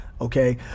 Okay